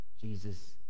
Jesus